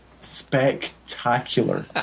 Spectacular